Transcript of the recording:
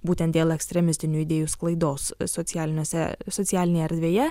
būtent dėl ekstremistinių idėjų sklaidos socialiniuose socialinėje erdvėje